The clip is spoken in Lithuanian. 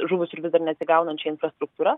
žuvus ir vis dar neatsigaunančia infrastruktūra